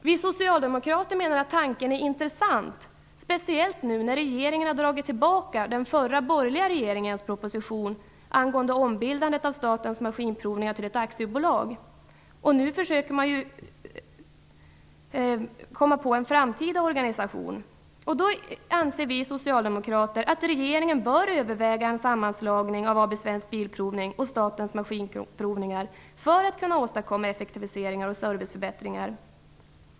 Vi socialdemokrater menar att tanken är intressant, speciellt nu när regeringen dragit tillbaka den förra, borgerliga regeringens proposition angående ombildandet av Statens maskinprovningar till ett aktiebolag. Nu försöker man komma på en framtida organisation. Då anser vi socialdemokrater att regeringen bör överväga en sammanslagning av AB Svensk Bilprovning och Statens maskinprovningar för att kunna åstadkomma effektiviseringar och serviceförbättringar.